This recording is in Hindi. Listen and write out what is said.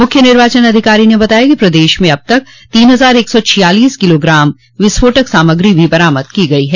मुख्य निर्वाचन अधिकारी ने बताया कि प्रदेश में अब तक तीन हजार एक सौ छियालीस किलोग्राम विस्फोटक सामग्री बरामद की गयी है